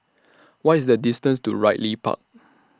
What IS The distance to Ridley Park